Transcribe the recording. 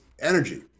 energy